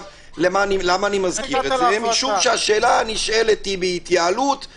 למה אני מזכיר את זה כי השאלה הנשאלת בהתייעלות היא